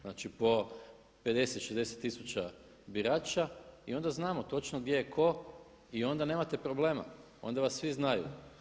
Znači po 50, 60000 birača i onda znamo točno gdje je tko i onda nemate problema, onda vas svi znaju.